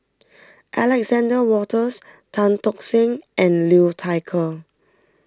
Alexander Wolters Tan Tock Seng and Liu Thai Ker